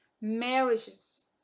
marriages